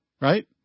Right